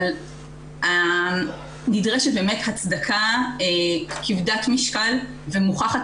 אבל נדרשת באמת הצדקה כבדת משקל ומוכחת